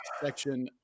section